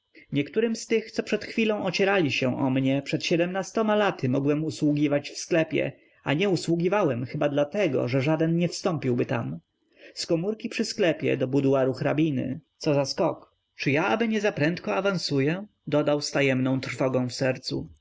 niektórym z tych co przed chwilą ocierali się o mnie przed siedmnastoma laty mogłem usługiwać w sklepie a nie usługiwałem chyba dlatego że żaden nie wstąpiłby tam z komórki przy sklepie do buduaru hrabiny co za skok czy aby ja nie zaprędko awansuję dodał z tajemną trwogą w sercu